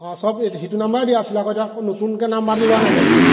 অঁ চব সিটো নাম্বাৰেই দিয়া আছিলে আক' মই এতিয়া আক' নতুনকৈ নাম্বাৰটো লোৱা নাই জানো